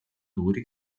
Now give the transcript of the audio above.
duri